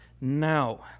now